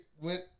went